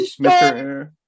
Mr